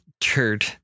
turd